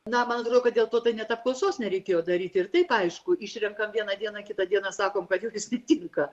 na man atrodo kad dėl to tai net apklausos nereikėjo daryti ir taip aišku išrenkam vieną dieną kitą dieną sakom kad jau jis netinka